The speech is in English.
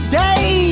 day